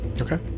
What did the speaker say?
Okay